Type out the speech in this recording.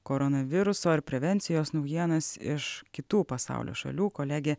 koronaviruso ir prevencijos naujienas iš kitų pasaulio šalių kolegė